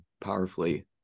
powerfully